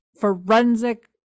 forensic